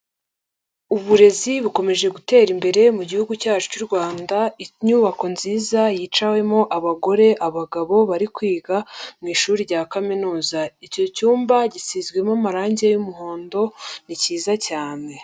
Uburezi bukomeje gutera imbere mu gihugu cyacu'u rwanda, inyubako nziza yiciwemo abagore, abagabo bari kwiga mushuri rya kaminuza. Icyo cyumba gisizwemo amarangi y'umuhondo ni cyiza cyane.